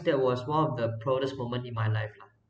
that was one of the proudest moment in my life lah